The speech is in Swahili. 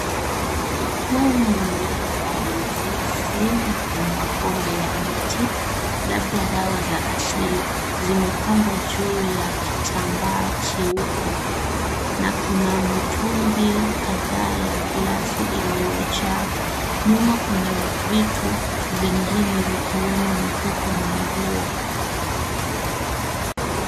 Huu ni mlima wa mizizi na magombe ya miti labda dawa ya asili. Zimepangwa juu ya kitambaa cheupe na kuna mitungi kadhaa ya glasi iliyojaa. Nyuma kuna vitu vikiwemo mifuko na nguo.